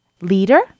leader